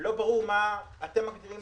שלא ברור מה אתם מגדירים